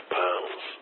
pounds